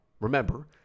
remember